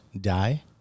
die